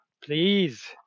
please